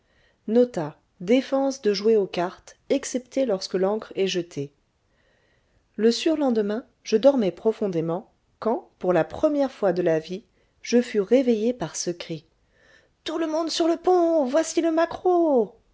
nota défense de jouer aux cartes excepté lorsque l'ancre est jetée le surlendemain je dormais profondément quand pour la première fois de la vie je fus réveillé par ce cri tout le monde sur le pont voici le maquereau